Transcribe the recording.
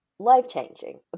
Life-changing